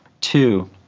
Two